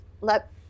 let